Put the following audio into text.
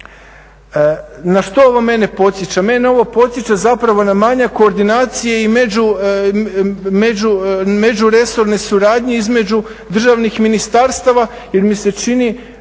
Na što ovo mene podsjeća? Mene ovo podsjeća zapravo na manjak koordinacije i međuresorne suradnje između državnih ministarstava jer mi se čini,